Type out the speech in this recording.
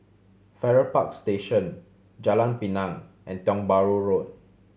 Farrer Park Station Jalan Pinang and Tiong Bahru Road